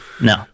No